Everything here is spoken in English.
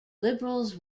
liberals